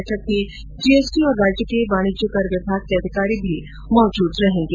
बैठक में जीएसटी और राज्य के वाणिज्य कर विभाग के अधिकारी भी मौजूद रहेंगे